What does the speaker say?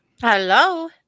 Hello